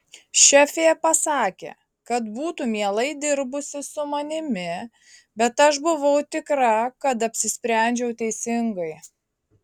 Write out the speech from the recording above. šefė pasakė kad būtų mielai dirbusi su manimi bet aš buvau tikra kad apsisprendžiau teisingai